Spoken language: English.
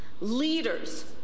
leaders